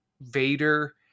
Vader